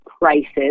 prices